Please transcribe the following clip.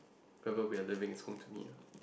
wherever we are living is home to me lah